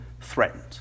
threatened